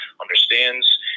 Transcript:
understands